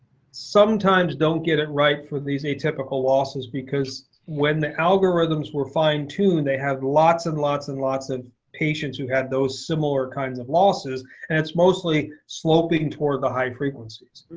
sometimes don't get it right for these atypical losses. because when the algorithms were fine-tuned, they had lots and lots and lots of patients that had those similar kinds of losses, and it's mostly sloping towards the high frequencies.